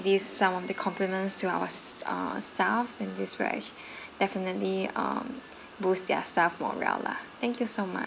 this some of the compliments to our st~ uh staff and this will definitely um boost their staff morale lah thank you so much